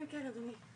כן, אדוני.